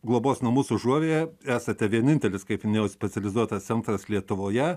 globos namus užuovėja esate vienintelis kaip specializuotas centras lietuvoje